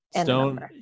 Stone